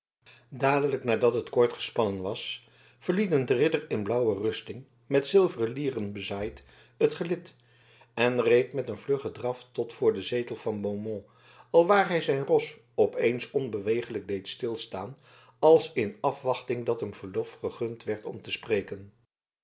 dadelijk nadat het koord gespannen was verliet een ridder in een blauwe rusting met zilveren lieren bezaaid het gelid en reed met een vluggen draf tot voor den zetel van beaumont alwaar hij zijn ros op eens onbeweeglijk deed stilstaan als in afwachting dat hem verlof gegund werd om te spreken